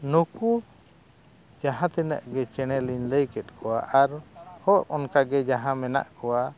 ᱱᱩᱠᱩ ᱡᱟᱦᱟᱸ ᱛᱤᱱᱟᱹᱜ ᱜᱮ ᱪᱮᱬᱮ ᱞᱤᱧ ᱞᱟᱹᱭ ᱠᱮᱫ ᱠᱚᱣᱟ ᱟᱨ ᱦᱚᱸ ᱚᱱᱠᱟ ᱜᱮ ᱡᱟᱦᱟᱸ ᱢᱮᱱᱟᱜ ᱠᱚᱣᱟ